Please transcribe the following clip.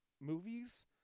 movies